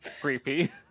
creepy